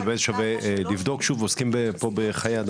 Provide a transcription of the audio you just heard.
שוב, עוסקים פה בחיי אדם.